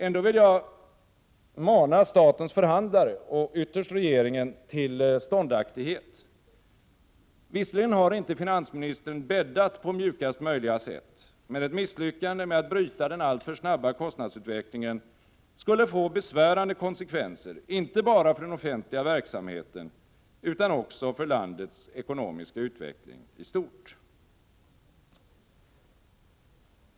Ändå vill jag mana statens förhandlare och ytterst regeringen till ståndaktighet. Visserligen har inte finansministern bäddat på mjukaste möjliga sätt, men ett misslyckande med att bryta den alltför snabba kostnadsutvecklingen skulle få besvärande konsekvenser inte bara för den offentliga verksamheten utan också för landets ekonomiska utveckling i stort.